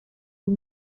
wat